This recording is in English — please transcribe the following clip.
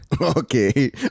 Okay